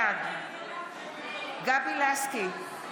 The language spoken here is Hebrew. בעד גבי לסקי,